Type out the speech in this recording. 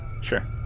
Sure